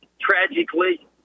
tragically